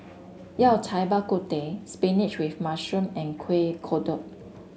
Yao Cai Bak Kut Teh spinach with mushroom and Kuih Kodok